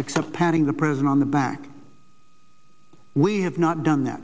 except adding the prison on the back we have not done that